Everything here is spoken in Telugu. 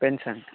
పెన్స్ అండి